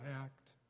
act